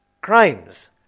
crimes